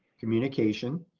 communication,